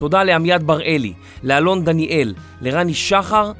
תודה לעמיעד בר-אלי, לאלון דניאל, לרני שחר